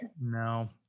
No